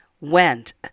went